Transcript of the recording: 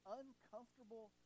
uncomfortable